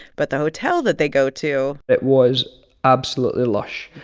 but the hotel that they go to. it was absolutely lush.